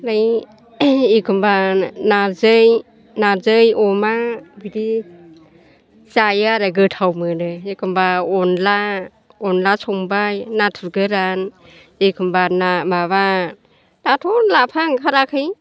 नै एखमब्ला नारजै अमा बिदि जायो आरो गोथाव मोनो एखमब्ला अनद्ला अनद्ला संबाय नाथुर गोरान एखमब्ला माबा दाथ' लाफा ओंखाराखै